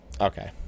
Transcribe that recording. Okay